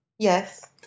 Yes